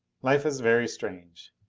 life is very strange!